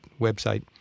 website